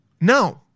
no